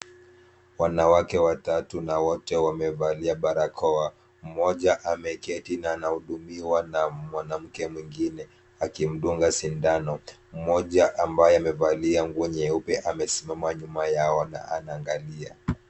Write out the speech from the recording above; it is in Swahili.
Wanawake watatu na wote wamevalia barakoa. Mmoja ameketi na anahudumiwa na mwanamke mwingine. Akimdunga sindano, mmoja ambaye amevalia nguo nyupe amesimama nyuma yao na anangalia.